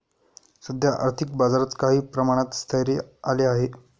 सध्या आर्थिक बाजारात काही प्रमाणात स्थैर्य आले आहे